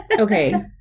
okay